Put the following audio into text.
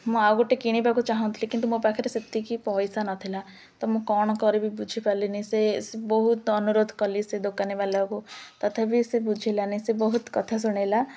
ମୁଁ ଆଉ ଗୋଟେ କିଣିବାକୁ ଚାହୁଁଥିଲି କିନ୍ତୁ ମୋ ପାଖରେ ସେତିକି ପଇସା ନଥିଲା ତ ମୁଁ କ'ଣ କରିବି ବୁଝିପାରିଲିନି ସେ ବହୁତ ଅନୁରୋଧ କଲି ସେ ଦୋକାନୀ ବାଲାକୁ ତଥାପି ସେ ବୁଝିଲାନି ସେ ବହୁତ କଥା ଶୁଣାଇଲା